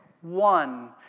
One